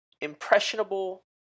impressionable